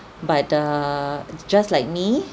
but err just like me